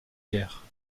guerre